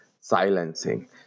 silencing